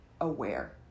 aware